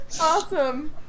Awesome